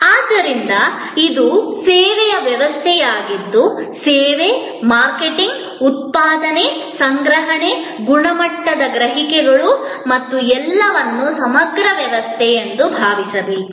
ಆದ್ದರಿಂದ ಇದು ಸೇವೆಯ ವ್ಯವಸ್ಥೆಯಾಗಿದ್ದು ಸೇವೆ ಮಾರ್ಕೆಟಿಂಗ್ ಉತ್ಪಾದನೆ ಸಂಗ್ರಹಣೆ ಗುಣಮಟ್ಟದ ಗ್ರಹಿಕೆಗಳು ಮತ್ತು ಎಲ್ಲವನ್ನೂ ಸಮಗ್ರ ವ್ಯವಸ್ಥೆ ಎಂದು ಭಾವಿಸಬೇಕು